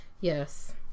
Yes